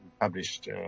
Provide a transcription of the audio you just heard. published